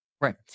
Right